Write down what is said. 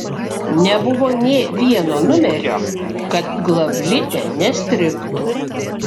nebuvo nė vieno numerio kad glavlite nestrigtų